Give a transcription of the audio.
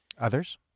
Others